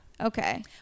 Okay